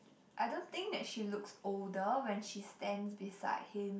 I don't think that she looks older when she stands beside him